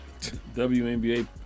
WNBA